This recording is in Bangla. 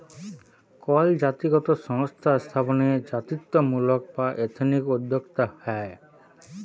কল জাতিগত সংস্থা স্থাপনে জাতিত্বমূলক বা এথনিক উদ্যক্তা হ্যয়